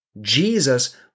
Jesus